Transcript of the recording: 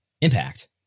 Impact